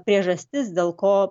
priežastis dėl ko